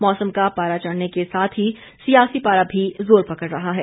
मौसम का परा चढ़ने के साथ ही सियासी पारा भी जोर पकड़ रहा है